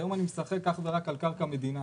היום אני משחק אך ורק על קרקע מדינה,